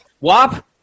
Wap